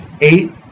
eight